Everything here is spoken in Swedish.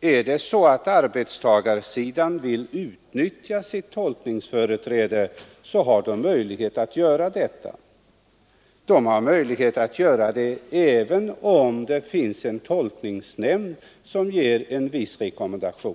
Är det så att arbetstagarsidan vill utnyttja sitt tolkningsföreträde har den möjlighet att göra det. Den har möjlighet att göra det även om det finns en tolkningsnämnd som ger en viss rekommendation.